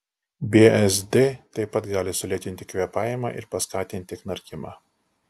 bzd taip pat gali sulėtinti kvėpavimą ir paskatinti knarkimą